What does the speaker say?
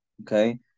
Okay